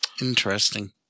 Interesting